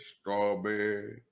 strawberry